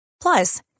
Plus